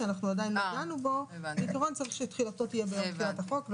שאנחנו עדיין לא דנו בו בעיקרון צריך שתחילתו תהיה ביום תחילת החוק.